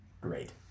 Great